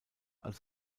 als